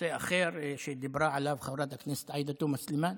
נושא אחר שדיברה עליו חברת הכנסת עאידה תומא סלימאן: